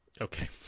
Okay